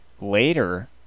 later